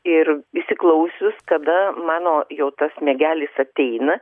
ir įsiklausius tada mano jau tas miegelis ateina